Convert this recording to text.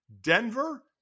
Denver